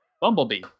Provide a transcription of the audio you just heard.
Bumblebee